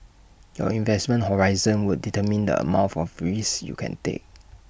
your investment horizon would determine the amount of risks you can take